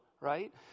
Right